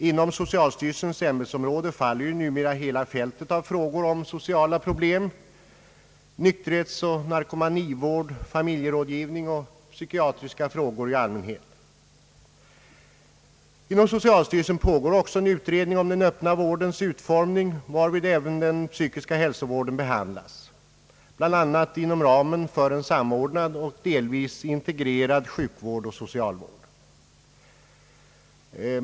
Inom socialstyrelsens ämbetsområde faller ju numera hela fältet av frågor om sociala problem, nykterhetsoch narkomanivård, familjerådgivning och psykiatriska frågor i allmänhet. Inom socialstyrelsen pågår också en utredning om den öppna vårdens utformning, varvid även den psykiska hälsovården behandlas, bl.a. inom ramen för en samordnad och delvis integrerad sjukvård och socialvård.